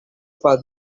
for